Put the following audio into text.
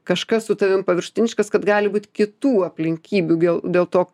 kažkas su tavim paviršutiniškas kad gali būt kitų aplinkybių vėl dėl to